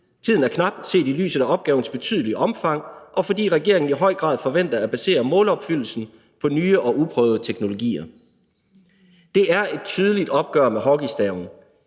tiden er knap set i lyset af opgavens betydelige omfang, og fordi regeringen i høj grad forventer at basere målopfyldelsen på nye og uprøvede teknologier.« Det er et tydeligt opgør med hockeystaven.